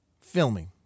filming